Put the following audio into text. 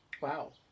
Wow